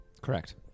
Correct